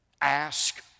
Ask